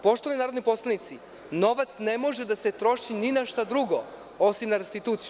Poštovani narodni poslanici, novac ne može da se troši ni na šta drugo osim na restituciju.